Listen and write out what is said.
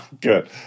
Good